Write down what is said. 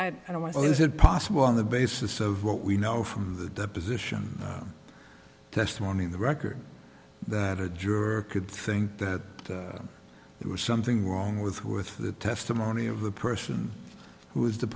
i don't want to know is it possible on the basis of what we know from the deposition testimony in the record that a juror could think that there was something wrong with with the testimony of the person who was the